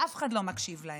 ואף אחד לא מקשיב להם,